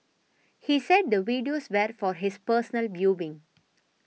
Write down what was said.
he said the videos were for his personal viewing